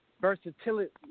versatility